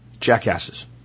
Jackasses